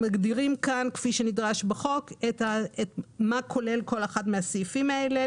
כפי שנדרש בחוק אנחנו מגדירים כאן מה כולל כל אחד מהסעיפים האלה,